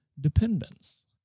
dependence